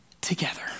together